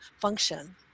function